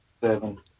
seven